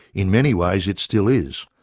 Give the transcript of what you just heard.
in many ways it still is.